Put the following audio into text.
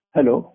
Hello